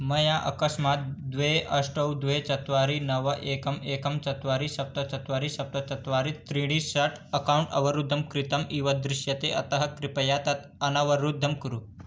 मया अकस्मात् द्वे अष्ट द्वे चत्वारि नव एकम् एकं चत्वारि सप्त चत्वारि सप्त चत्वारि त्रीणि षट् अक्कौण्ट् अवरुद्धं कृतम् इव दृश्यते अतः कृपया तत् अनवरुद्धं कुरु